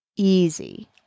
easy